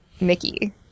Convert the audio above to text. Mickey